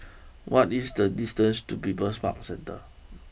what is the distance to People's Park Centre